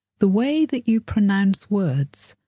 the way that you pronounce words,